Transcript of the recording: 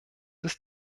ist